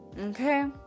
Okay